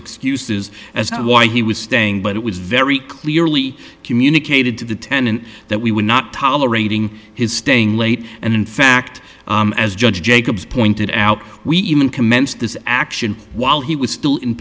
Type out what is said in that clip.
excuses as to why he was staying but it was very clearly communicated to the tenant that we were not tolerating his staying late and in fact as judge jacobs pointed out we even commenced this action while he was still in